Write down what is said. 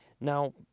Now